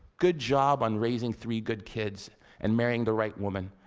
good job on raising three good kids and marrying the right woman.